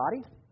body